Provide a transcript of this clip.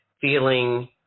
feeling